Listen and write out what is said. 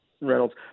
Reynolds